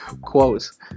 quotes